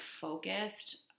focused